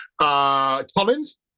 Collins